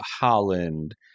holland